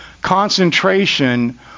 concentration